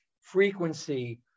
frequency